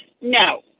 No